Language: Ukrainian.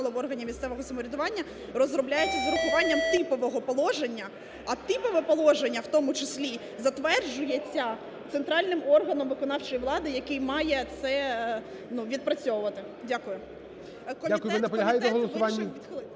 в органі місцевого самоврядування розробляються з урахуванням типового положення, а типове положення, в тому числі, затверджується центральним органом виконавчої влади, який має це, ну, відпрацьовувати. Дякую.